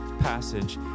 passage